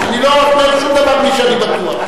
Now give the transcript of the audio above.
אני לא אומר שום דבר בלי להיות בטוח.